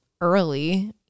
early